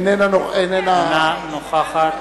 אינה נוכחת